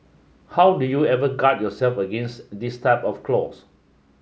how do you ever guard yourself against this type of clause